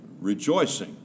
rejoicing